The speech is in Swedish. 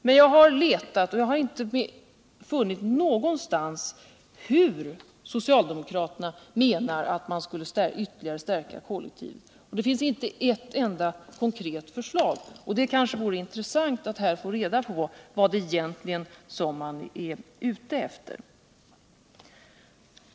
Men jag har letat och inte någonstans funnit hur socialdemokraterna menar att man ytterligare skulle stärka kollektivets ställning. Det finns inte ett enda konkret förslag. Det vore intressant att här få reda på vad man egentligen är ute efter.